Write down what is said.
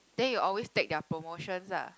then you always take their promotions ah